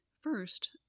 First